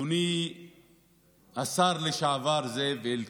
אדוני השר לשעבר זאב אלקין,